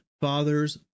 father's